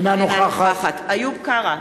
אינה נוכחת איוב קרא,